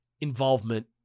involvement